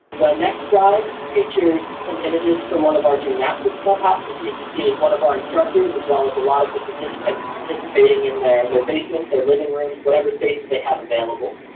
the next slide features some images from one of our gymnastic clubhouses. and you can see one of our instructors as well as a lot of the participants participating in their their basements, their living rooms, whatever space that they have available.